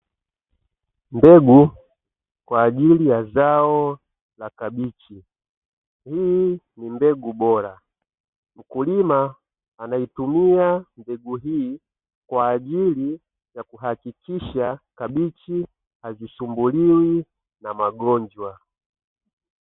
Mbegu kwaajili ya zao la kabichi, hii ni mbegu bora .Mkulima anaitumia mbegu hii kwaajili ya kuhakikisha kabichi hazisumbuliwi na magonjwa